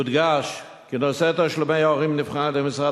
יודגש כי נושא תשלומי ההורים נבחן על-ידי משרד